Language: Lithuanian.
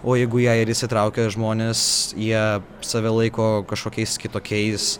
o jeigu į ją ir įsitraukia žmonės jie save laiko kažkokiais kitokiais